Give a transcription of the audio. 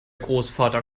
großvater